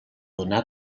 donar